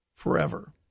Forever